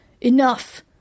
Enough